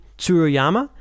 Tsuruyama